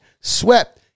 swept